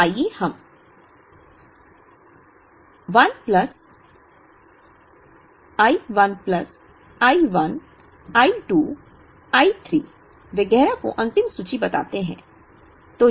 तो आइए हम I 1 plus I 1 I 2 I 3 वगैरह को अंतिम सूची बताते हैं